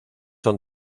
son